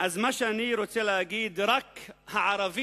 אז מה שאני רוצה להגיד הוא שרק הערבים,